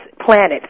planet